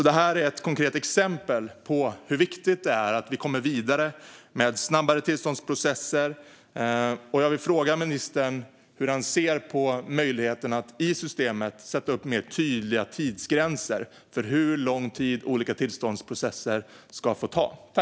Det här är ett konkret exempel på hur viktigt det är att vi kommer vidare med snabbare tillståndsprocesser. Jag vill därför fråga ministern hur han ser på möjligheten att i systemet sätta upp mer tydliga tidsgränser för hur lång tid olika tillståndsprocesser ska få ta.